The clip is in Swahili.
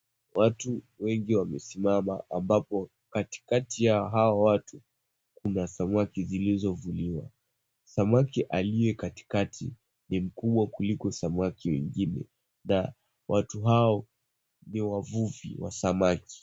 Watu wengi wamesimama ambapo katikati ya hao watu, kuna samaki zilizovuliwa. Samaki aliyekatikati, ni mkubwa kuliko samaki wengine na watu hao ni wavuvi wa samaki.